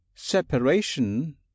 Separation